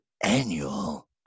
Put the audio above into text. annual